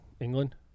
England